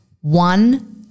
one